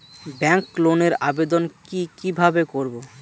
Bank লোনের আবেদন কি কিভাবে করব?